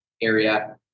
area